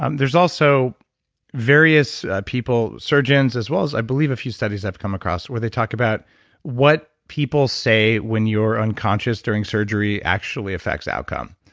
um there's also various people, surgeons as well as i believe a few studies have come across where they talk about what people say when you're unconscious during surgery actually affects outcome.